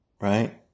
right